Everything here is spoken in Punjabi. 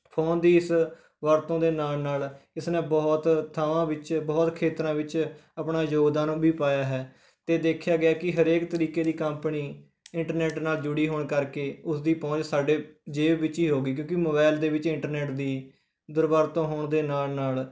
ਫੋਨ ਦੀ ਇਸ ਵਰਤੋਂ ਦੇ ਨਾਲ ਨਾਲ ਇਸਨੇ ਬਹੁਤ ਥਾਵਾਂ ਵਿੱਚ ਬਹੁਤ ਖੇਤਰਾਂ ਵਿੱਚ ਆਪਣਾ ਯੋਗਦਾਨ ਵੀ ਪਾਇਆ ਹੈ ਅਤੇ ਦੇਖਿਆ ਗਿਆ ਕਿ ਹਰੇਕ ਤਰੀਕੇ ਦੀ ਕੰਪਨੀ ਇੰਟਰਨੈੱਟ ਨਾਲ ਜੁੜੀ ਹੋਣ ਕਰਕੇ ਉਸਦੀ ਪਹੁੰਚ ਸਾਡੇ ਜੇਬ ਵਿੱਚ ਹੀ ਹੋ ਗਈ ਕਿਉਂਕਿ ਮੋਬਾਇਲ ਦੇ ਵਿੱਚ ਇੰਟਰਨੈੱਟ ਦੀ ਦੁਰਵਰਤੋਂ ਹੋਣ ਦੇ ਨਾਲ ਨਾਲ